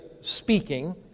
speaking